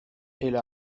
elle